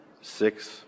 six